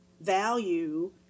value